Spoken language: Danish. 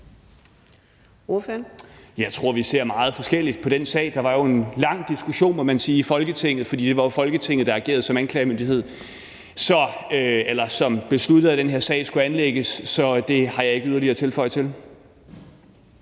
Jeg tror, at vi ser meget forskelligt på den sag. Der var jo en lang diskussion, må man sige, i Folketinget, fordi det var Folketinget, der agerede som anklagemyndighed, eller som besluttede, at den her sag skulle anlægges. Så jeg har ikke yderligere at tilføje til